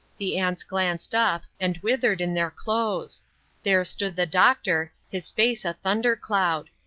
the aunts glanced up, and withered in their clothes there stood the doctor, his face a thunder-cloud.